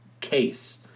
case